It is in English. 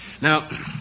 Now